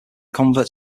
convert